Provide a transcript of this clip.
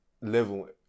level